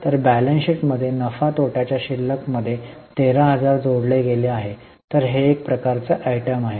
तर balance sheet मध्ये नफा आणि तोटाच्या शिल्लक मध्ये 13000 जोडले गेले आहे तर हे कोणत्या प्रकारचे आयटम आहे